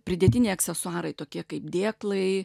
pridėtiniai aksesuarai tokie kaip dėklai